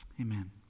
Amen